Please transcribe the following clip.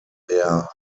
der